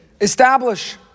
Establish